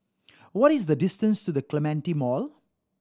what is the distance to The Clementi Mall